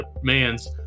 demands